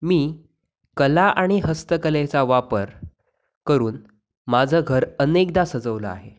मी कला आणि हस्तकलेचा वापर करून माझं घर अनेकदा सजवलं आहे